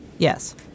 Yes